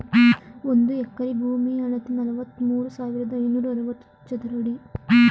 ಒಂದು ಎಕರೆ ಭೂಮಿಯ ಅಳತೆ ನಲವತ್ಮೂರು ಸಾವಿರದ ಐನೂರ ಅರವತ್ತು ಚದರ ಅಡಿ